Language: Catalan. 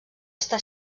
està